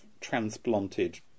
transplanted